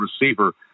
receiver